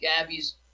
Gabby's